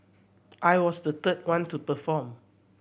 I was the third one to perform